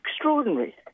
extraordinary